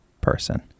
person